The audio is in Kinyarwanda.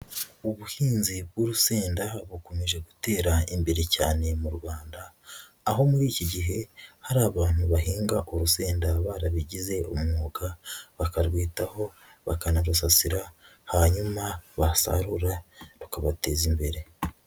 Ubuhinzi bw'urusenda bukomeje gutera imbere cyane mu Rwanda, aho muri iki gihe hari abantu bahinga urusenda barabigize umwuga, bakarwitaho, bakanarusasira, hanyuma basarura rukabateza imbere.